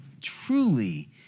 truly